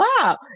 Wow